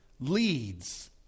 leads